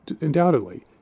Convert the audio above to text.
undoubtedly